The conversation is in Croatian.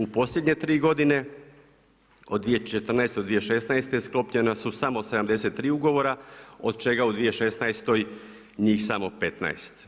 U posljednje 3 godine, od 2014. do 2016. sklopljena su samo 73 ugovora, od čega u 2016. njih samo 15.